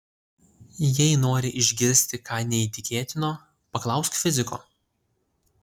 jei nori išgirsti ką neįtikėtino paklausk fiziko